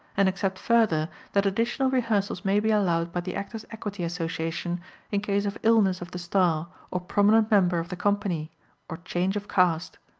and except further that additional rehearsals may be allowed by the chorus equity association in case of illness of the star or prominent member of the company or change of cast.